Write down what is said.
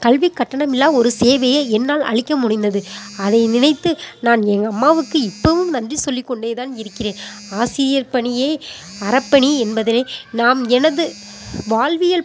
கல்வி கட்டணம் இல்லாத ஒரு சேவையை என்னால் அளிக்க முடிந்தது அதை நினைத்து நான் என் அம்மாவுக்கு இப்போவும் நன்றி சொல்லிக் கொண்டே தான் இருக்கிறேன் ஆசிரியர் பணியே அறப்பணி என்பதனை நாம் எனது வாழ்வியல்